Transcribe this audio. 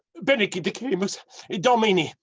benedicamus domini,